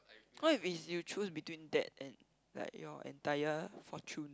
what if is you choose between that and like your entire fortune